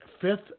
fifth